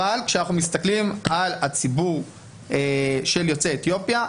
אבל כשאנחנו מסתכלים על הציבור של יוצאי אתיופיה,